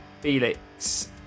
felix